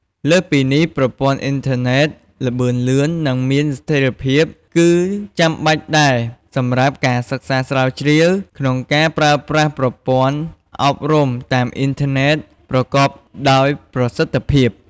លើសពីនេះ ប្រព័ន្ធអ៊ីនធឺណិត ល្បឿនលឿន និងមានស្ថេរភាព គឺចាំបាច់ដែរ សម្រាប់ការសិក្សាស្រាវជ្រាវ ការចូលប្រើប្រាស់ប្រព័ន្ធអប់រំតាមអ៊ីនធឺណិត ប្រកបដោយប្រសិទ្ធភាព។